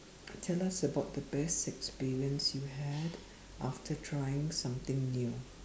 tell us about the best experience you had after trying something new